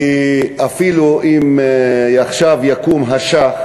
כי אפילו אם עכשיו יקום השאה,